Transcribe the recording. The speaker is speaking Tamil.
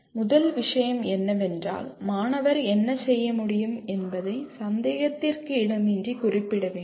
முதல் விஷயம் என்னவென்றால் மாணவர் என்ன செய்ய முடியும் என்பதை சந்தேகத்திற்கு இடமின்றி குறிப்பிட வேண்டும்